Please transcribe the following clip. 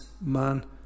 man